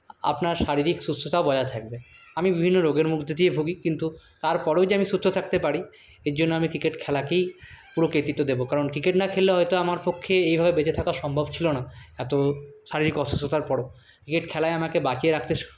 আপনার শারীরিক সুস্থতাও বজায় থাকবে আমি বিভিন্ন রোগের মধ্যে দিয়ে ভুগি কিন্তু তারপরেও যে আমি সুস্থ থাকতে পারি এজন্য আমি ক্রিকেট খেলাকেই পুরো কৃতিত্ব দেব কারণ ক্রিকেট না খেললে হয়তো আমার পক্ষে এভাবে বেঁচে থাকা সম্ভব ছিলনা এত শারীরিক অসুস্থতার পরও ক্রিকেট খেলাই আমাকে বাঁচিয়ে রাখতে